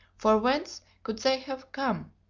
for whence could they have come,